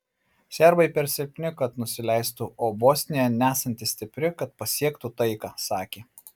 serbai per silpni kad nusileistų o bosnija nesanti stipri kad pasiektų taiką sakė